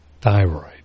thyroid